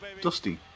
Dusty